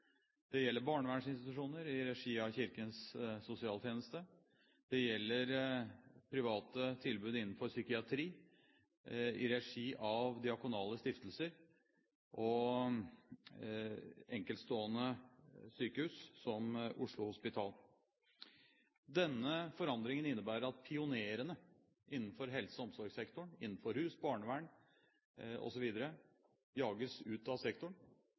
det gjelder barnevernsinstitusjoner i regi av Kirkens Sosialtjeneste, det gjelder private tilbud innenfor psykiatri i regi av diakonale stiftelser, og enkeltstående sykehus som Oslo Hospital. Denne forandringen innebærer at pionerene innenfor helse- og omsorgssektoren, innenfor rus, barnevern osv. jages ut av sektoren,